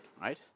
right